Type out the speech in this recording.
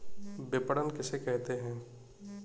विपणन किसे कहते हैं?